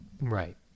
Right